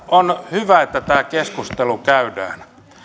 on hyvä että tämä keskustelu käydään